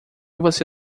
você